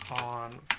on